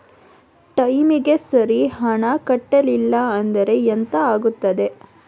ಟೈಮಿಗೆ ಸರಿ ಹಣ ಕಟ್ಟಲಿಲ್ಲ ಅಂದ್ರೆ ಎಂಥ ಆಗುತ್ತೆ?